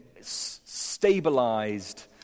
stabilized